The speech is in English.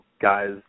guys